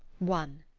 one.